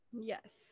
yes